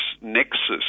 nexus